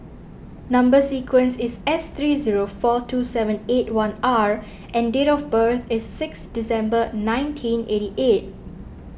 Number Sequence is S three zero four two seven eight one R and date of birth is six December nineteen eighty eight